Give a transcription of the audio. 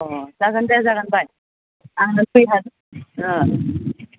अ जागोन दे जागोन दे बाय आंनो दुइ हाजार